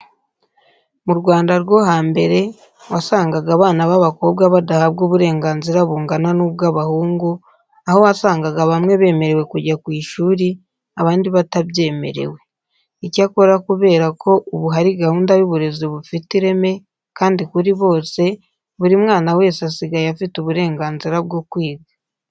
Mu Rwanda rwo hambere wasangaga abana b'abakobwa badahabwa uburenganzira bungana n'ubw'abahungu, aho wasangaga bamwe bemerewe kujya ku ishuri, abandi batabyemerewe. Icyakora kubera ko ubu hari gahunda y'uburezi bufite ireme kandi kuri bose, buri mwana wese asigaye afite uburenganzira bwo kwiga.